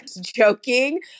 joking